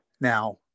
Now